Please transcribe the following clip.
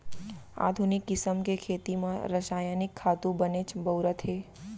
आधुनिक किसम के खेती म रसायनिक खातू बनेच बउरत हें